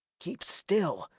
keep still,